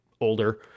older